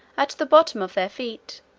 at the bottom of their feet,